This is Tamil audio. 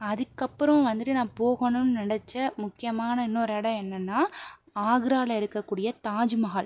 அதுக்கப்புறம் வந்துட்டு நான் போகணும்னு நினச்ச முக்கியமான இன்னொரு இடம் என்னென்னா ஆக்ராவில் இருக்கக்கூடிய தாஜ்மஹால்